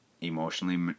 emotionally